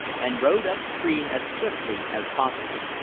and rowed up stream as swiftly as possible.